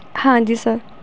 ਹਾਂਜੀ ਸਰ